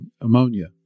ammonia